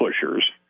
pushers